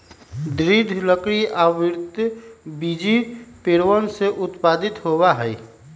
दृढ़ लकड़ी आवृतबीजी पेड़वन से उत्पादित होबा हई